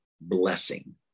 blessing